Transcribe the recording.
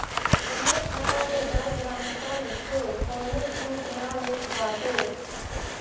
जमा खाता में बैंक ग्राहकन से कवनो शुल्क ना लेत बाटे